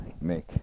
make